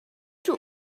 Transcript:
too